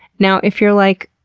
now, if you're like,